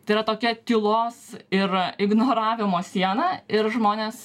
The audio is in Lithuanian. tai yra tokia tylos ir ignoravimo siena ir žmonės